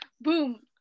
Boom